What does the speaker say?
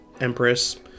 Empress